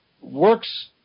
works